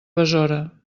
besora